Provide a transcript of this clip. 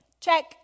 Check